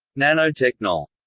nanotechnol.